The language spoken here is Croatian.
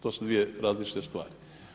To su dvije različite stvari.